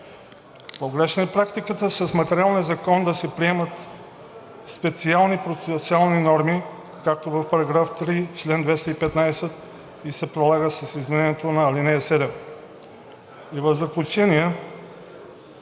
Погрешна е практиката с материалния закон да се приемат специални процесуални норми, както е в § 3, чл. 215, и се прилагат с изменението на ал. 7. В заключение